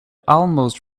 almost